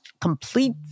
complete